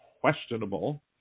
questionable